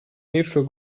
neutral